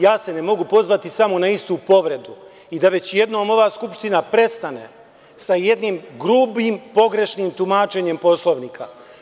Ja se ne mogu pozvati samo na istu povredu i da već jednom ova Skupština prestane sa jednim grubim, pogrešnim tumačenjem Poslovnika.